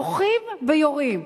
בוכים ויורים.